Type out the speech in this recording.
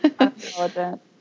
intelligent